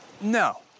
no